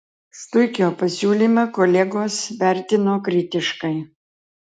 štuikio pasiūlymą kolegos vertino kritiškai